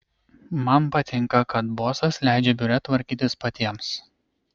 man patinka kad bosas leidžia biure tvarkytis patiems